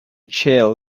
chair